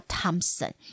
Thompson